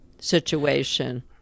situation